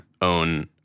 own